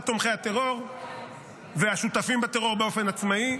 תומכי הטרור והשותפים בטרור באופן עצמאי.